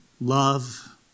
love